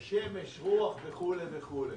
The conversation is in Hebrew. שמש, רוח וכו'.